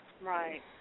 right